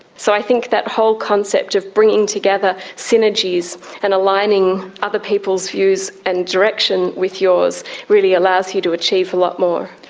so i think that whole concept of bringing together synergies and aligning other people's views and direction with yours really allows you to achieve a lot more.